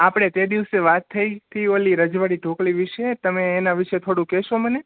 આપળે તે દિવસે વાત થઈ તી ઓલી રજવાળી ઢોકળી વિષે તમે એના વિષે થોળૂ કેશો મને